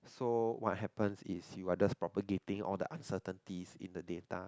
so what happen is you're just propagating all the uncertainties in the data